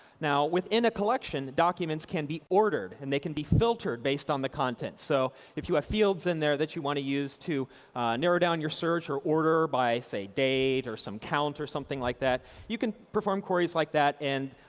now, within a collection, the documents can be ordered and they can be filtered based on the content. so if you have fields in there you want to use to narrow down your search or order by, say, date or count or something like that, you can perform queries like that in,